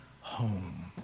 home